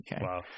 Wow